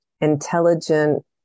intelligent